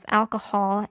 alcohol